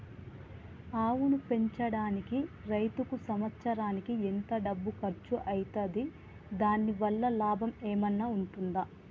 ఆవును పెంచడానికి రైతుకు సంవత్సరానికి ఎంత డబ్బు ఖర్చు అయితది? దాని వల్ల లాభం ఏమన్నా ఉంటుందా?